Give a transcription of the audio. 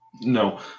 No